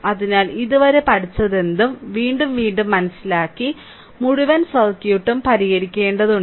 അതിനാൽ ഇതുവരെ പഠിച്ചതെന്തും വീണ്ടും വീണ്ടും മനസിലാക്കി മുഴുവൻ സർക്യൂട്ടും പരിഹരിക്കേണ്ടതുണ്ട്